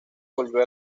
volvió